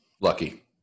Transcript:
Lucky